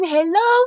Hello